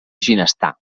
ginestar